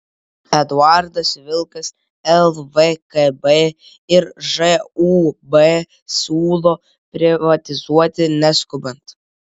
eduardas vilkas lvkb ir žūb siūlo privatizuoti neskubant